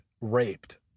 raped